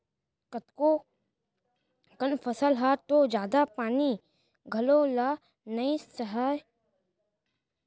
कतको कन फसल ह तो जादा पानी घलौ ल नइ सहय